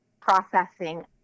processing